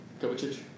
Kovacic